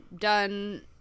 done